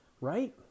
right